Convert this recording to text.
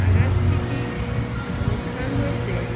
সাংস্কৃতিক অনুষ্ঠান হৈছে